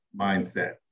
mindset